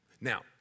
now